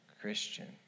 Christian